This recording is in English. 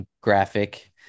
Graphic